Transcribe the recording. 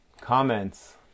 comments